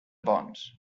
ponts